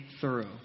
thorough